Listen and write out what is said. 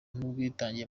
n’ubwitange